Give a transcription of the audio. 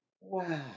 wow